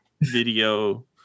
video